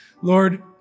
Lord